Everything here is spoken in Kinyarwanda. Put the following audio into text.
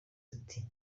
ati